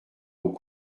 aux